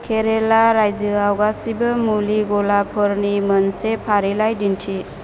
केराला रायजोआव गासैबो मुलि गलाफोरफोरनि मोनसे फारिलाइ दिन्थि